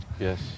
Yes